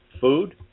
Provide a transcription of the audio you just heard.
food